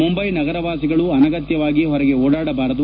ಮುಂಬೈ ನಗರವಾಸಿಗಳು ಅನಗತ್ಯವಾಗಿ ಹೊರಗೆ ಓಡಾಡಬಾರದು